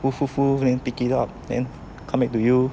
woof woof woof then pick it up then come back to you